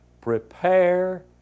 prepare